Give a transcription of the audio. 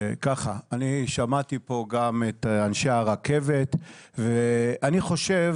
אני שמעתי פה גם את אנשי הרכבת ואני חושב